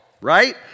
right